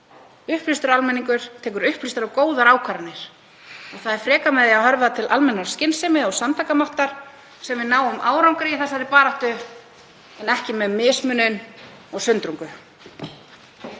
Upplýstur almenningur tekur upplýstar og góðar ákvarðanir. Það er frekar með því að höfða til almennrar skynsemi og samtakamáttar sem við náum árangri í þessari baráttu en ekki með mismunun og sundrungu.